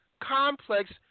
complex